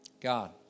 God